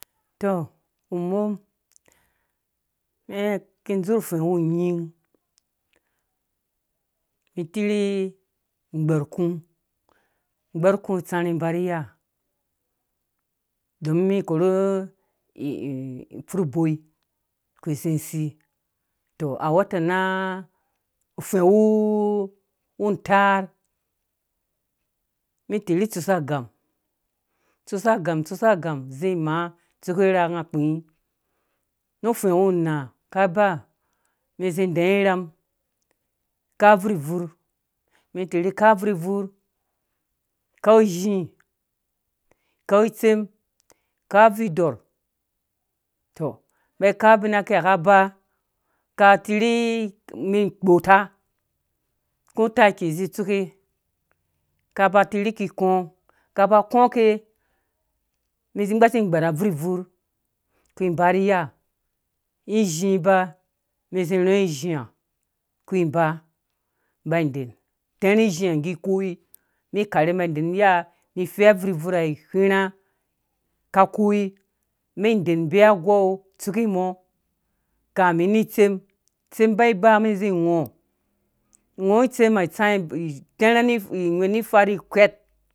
Tɔ umum eh ki dzur fɛ̃wu nyin li tirhi gbɛr kũ gbɛrkũ tsãrhĩ ba rri iyadom men korhu furh boi ku zĩ sisi to awatana fɛ̃wu utaar mɛn tirhi tsɛsa agam tsesa agam tsesa agan zĩ maa tsuke urha nga kpii mu fewu naa kaba mɛn zĩ idɛɛ irham kau abvur bvur mɛn tirhi kau abvurbvur kau izhĩ kau itsem kau abvurdɔrh tɔ ba kau abina kila kaba ka tirhi mɛn kpɔta ikũ utaki zĩ tsuke kaba tirhi kikɔ kaba kɔke mɛn zĩ gbashi gbɛr abvurbvur ik barshi iya izhĩ ba mɛn zĩ rɔi izĩha kũ ba bai den ni iya ni ffe abvurbvurha whĩrhĩ ka kai mɛn den ibee iba mɛn zĩ ngĩ ngɔ itsen tsã itãrhɛ̃ ni angwhɛ ni fa kwɛr.